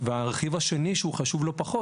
והרכיב השני שהוא חשוב לא פחות,